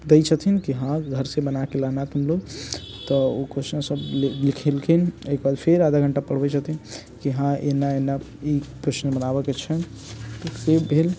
दै छथिन की हँ घरसँ बनाके लाना तुम लोग तऽ ओ क्वेस्चन सब लिखेलखिन एक बार फेर आधा घण्टा पढ़बै छथिन की हँ एना एना ई क्वेस्चन बनाबैके छै